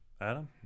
Adam